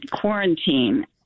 quarantine